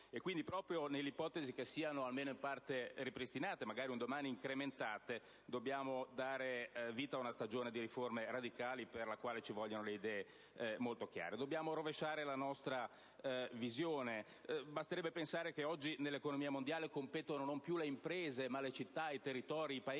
situazione. Proprio nell'ipotesi che le risorse siano ripristinate e magari in futuro anche incrementate, dobbiamo dare vita ad una stagione di riforme radicali per la quale è necessario avere idee molto chiare. Dobbiamo rovesciare la nostra visione. Basterebbe pensare che oggi nell'economia mondiale competono non più le imprese, ma le città, i territori e i Paesi